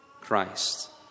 Christ